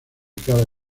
cada